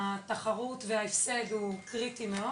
התחרות וההישג הוא קריטי מאוד.